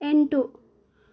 ಎಂಟು